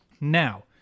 Now